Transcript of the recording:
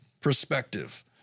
perspective